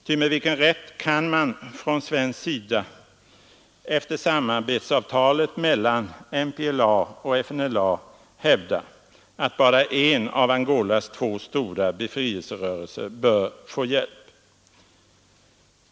Ty med vilken rätt kan från svensk sida efter samarbetsavtalet mellan MPLA och FNLA hävdas att bara en av Angolas två stora befrielserörelser bör få hjälp?